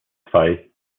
zwei